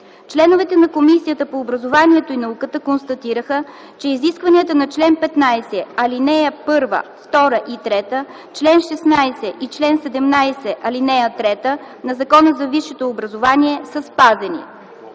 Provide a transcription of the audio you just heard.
Членовете на Комисията по образованието и науката констатираха, че изискванията на чл. 15, ал. 1, 2 и 3, чл. 16 и чл. 17, ал. 3 на Закона за висшето образование са спазени: